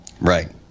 Right